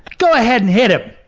go ahead and hit him!